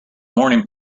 morning